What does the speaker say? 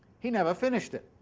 he never finished it.